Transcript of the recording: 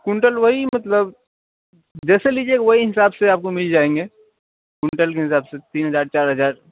quintal وہی مطلب جیسے لیجیے گا وہی حساب سے آپ کو مل جائیں گے کنٹل کے حساب سے تین ہزار چار ہزار